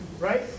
right